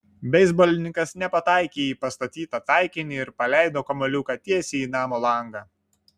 beisbolininkas nepataikė į pastatytą taikinį ir paleido kamuoliuką tiesiai į namo langą